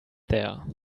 there